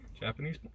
japanese